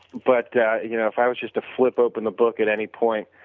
but you know if i was just to flip open the book at any point.